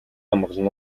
амгалан